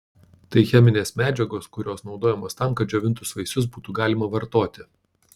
tai cheminės medžiagos kurios naudojamos tam kad džiovintus vaisius būtų galima vartoti